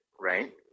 right